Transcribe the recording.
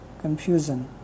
confusion